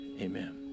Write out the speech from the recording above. amen